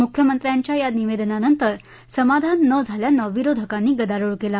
मुख्यमंत्र्यांच्या या निवेदनानंतर समाधान न झाल्यानं विरोधकांनी गदारोळ केला